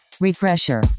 Refresher